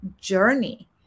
journey